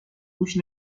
گوش